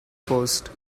post